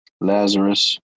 Lazarus